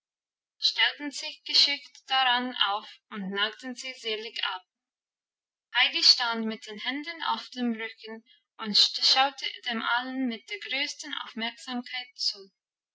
stellten sich geschickt daran auf und nagten sie zierlich ab heidi stand mit den händen auf dem rücken und schaute dem allen mit der größten aufmerksamkeit zu